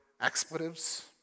expletives